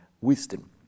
wisdom